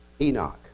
Enoch